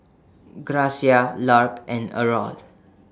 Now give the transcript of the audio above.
Gracia Lark and Errol